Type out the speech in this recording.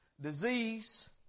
disease